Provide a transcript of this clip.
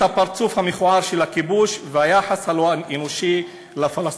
הפרצוף המכוער של הכיבוש והיחס הלא-אנושי לפלסטינים.